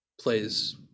plays